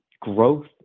growth